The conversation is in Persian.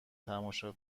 تماشا